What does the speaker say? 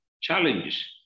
challenges